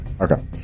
Okay